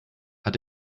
hat